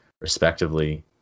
respectively